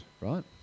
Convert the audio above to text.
right